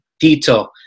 Tito